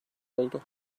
oldu